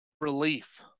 relief